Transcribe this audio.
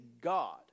God